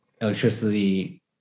electricity